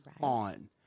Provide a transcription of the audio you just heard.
On